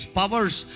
powers